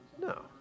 no